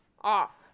Off